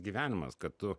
gyvenimas kad tu